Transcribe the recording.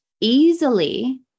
easily